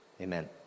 Amen